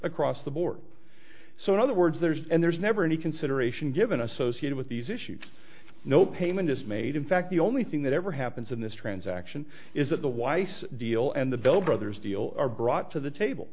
across the board so in other words there's and there's never any consideration given associated with these issues no payment is made in fact the only thing that ever happens in this transaction is that the weiss deal and the bill brothers deal are brought to the table